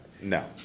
No